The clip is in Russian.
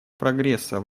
прогресса